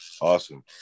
Awesome